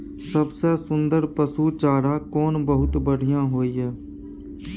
सबसे सुन्दर पसु चारा कोन बहुत बढियां होय इ?